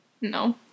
No